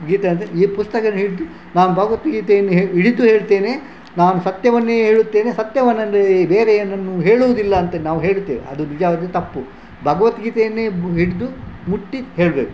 ಗೀತೆ ಅಂತ ಈ ಪುಸ್ತಕವನ್ನ ಹಿಡಿದು ನಾನು ಭಗವದ್ಗೀತೆಯನ್ನು ಹಿಡಿದು ಹೇಳ್ತೇನೆ ನಾನು ಸತ್ಯವನ್ನೇ ಹೇಳುತ್ತೇನೆ ಸತ್ಯವನ್ನಲ್ಲದೇ ಬೇರೆ ಏನನ್ನೂ ಹೇಳುವುದಿಲ್ಲ ಅಂತ ನಾವು ಹೇಳುತ್ತೇವೆ ಅದು ನಿಜವಾಗಿಯೂ ತಪ್ಪು ಭಗವದ್ಗೀತೆಯನ್ನೇ ಹಿಡಿದು ಮುಟ್ಟಿ ಹೇಳಬೇಕು